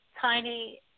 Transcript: tiny